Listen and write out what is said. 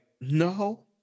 No